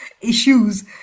issues